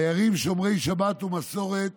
דיירים שומרי שבת ומסורת